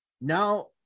Now